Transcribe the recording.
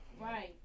right